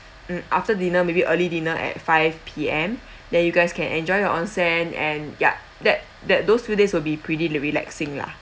mm after dinner maybe early dinner at five P_M then you guys can enjoy your onsen and ya that that those few days will be pretty relaxing lah